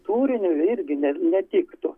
turiniu irgi ne netiktų